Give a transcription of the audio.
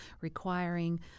requiring